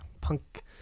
punk